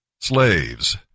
Slaves